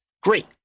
great